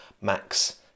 Max